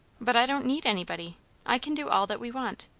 but i don't need anybody i can do all that we want.